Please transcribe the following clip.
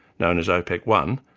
known as opec one,